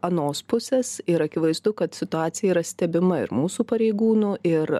anos pusės ir akivaizdu kad situacija yra stebima ir mūsų pareigūnų ir